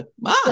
Ma